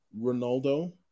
Ronaldo